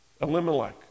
Elimelech